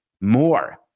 more